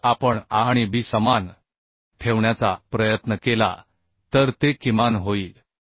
जर आपण Aआणि B समान ठेवण्याचा प्रयत्न केला तर ते किमान होईल